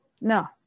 No